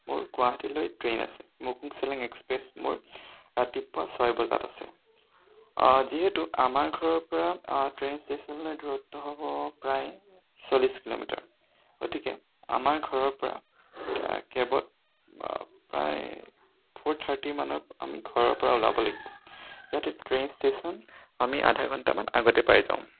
মোৰ গুৱাহাটীলৈ ট্ৰেইন আছে চেলেং এক্সপ্ৰেছ মোৰ ৰাতিপুৱা ছয় বজাত আছে যিহেতু আমাৰ ঘৰৰ পৰা ট্ৰেন ষ্টেচনলৈ দূৰত্ৱ হ'ব প্ৰায় চল্লিশ কিলোমিটাৰ গতিকে আমাৰ ঘৰৰ পৰা কেবত প্ৰায় ফ'ৰ থাৰ্টি মানত আমি ঘৰৰ পৰা ওলাব লাগিব যাতে ট্ৰেইন ষ্টেচন আমি আধা ঘণ্টা মান আগতে পাই যাম